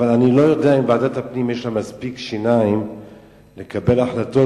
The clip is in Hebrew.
אבל אני לא יודע אם ועדת הפנים יש לה מספיק שיניים לקבל החלטות,